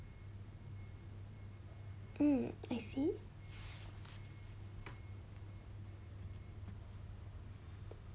hmm I see